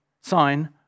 sign